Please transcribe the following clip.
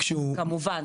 כמובן,